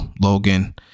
Logan